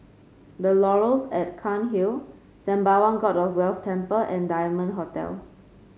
The Laurels at Cairnhill Sembawang God of Wealth Temple and Diamond Hotel